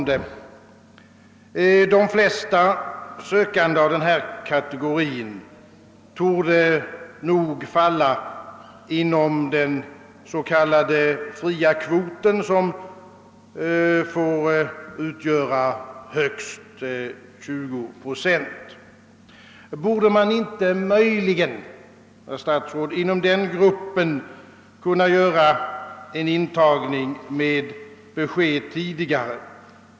De flesta sökande av den aktuella kategorin torde falla inom den s.k. fria kvoten, som får utgöra högst 20 procent. Skulle man inte möjligen, herr statsråd, inom denna grupp kunna göra en intagning med besked tidigare?